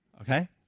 Okay